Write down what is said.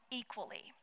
equally